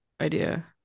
idea